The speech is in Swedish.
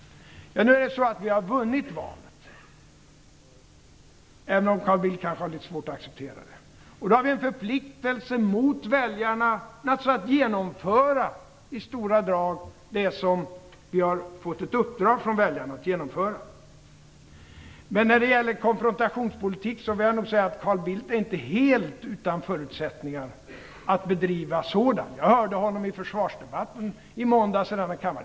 Vi har vunnit valet, även om Carl Bildt kanske har litet svårt att acceptera det. Då har vi naturligtvis en förpliktelse mot väljarna att i stora drag genomföra det som vi har fått ett uppdrag från väljarna att genomföra. Jag vill nog säga att Carl Bildt inte är helt utan förutsättningar att bedriva konfrontationspolitik. Jag hörde honom i försvarsdebatten i måndags i denna kammare.